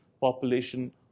population